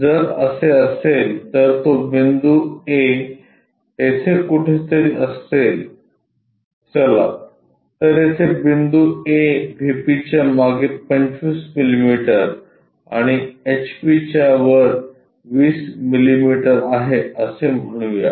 जर असे असेल तर तो बिंदू a येथे कुठेतरी असेल चला तर येथे बिंदू a व्हीपीच्या मागे 25 मिलिमीटर आणि एचपीच्या वर 20 मिलिमीटर आहे असे म्हणूया